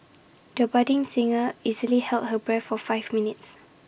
the budding singer easily held her breath for five minutes